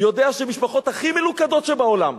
יודע שמשפחות הכי מלוכדות שבעולם,